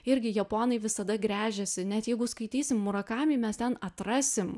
irgi japonai visada gręžiasi net jeigu skaitysim murakami mes ten atrasim